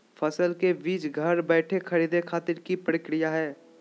फसल के बीज घर बैठे खरीदे खातिर की प्रक्रिया हय?